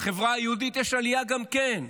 בחברה היהודית יש גם כן עלייה.